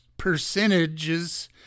percentages